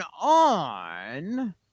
on